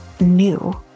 new